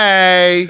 Hey